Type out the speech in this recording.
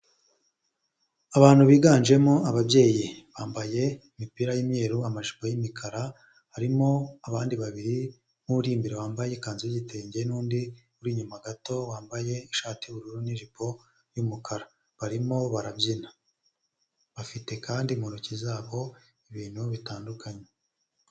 Abantu biganjemo ababyeyi bambaye imipira y'mweruru amajipo y'imikara harimo abandi babiri urimbere wambaye ikanzu yigitenge n'undi uri inyuma gato wambaye ishati y'ubururu n'ijipo y'umukara barimo barabyina bafite kandi mu ntoki zabo ibintu bitandukanye.